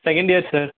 second year sir